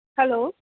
hello